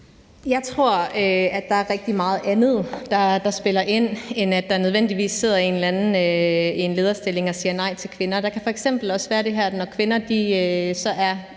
Jeg tror, der er rigtig meget andet, der spiller ind, end at der nødvendigvis sidder en eller anden i en lederstilling og siger nej til kvinder. Der kan f.eks. også være det her, at når kvinder så er